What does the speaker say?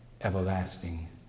everlasting